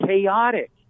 chaotic